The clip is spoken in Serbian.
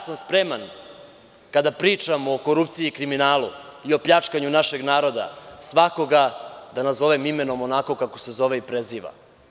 Spreman sam da kada pričamo o korupciji i kriminalu i opljačkanju našeg naroda, svakoga da nazovem imenom onako kako se zove i preziva.